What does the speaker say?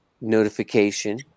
notification